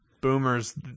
Boomer's